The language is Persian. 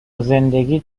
زندگیت